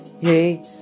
Hey